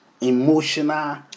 emotional